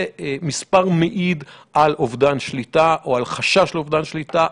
זה מספר שמעיד על אובדן שליטה או על חשש לאובדן שליטה.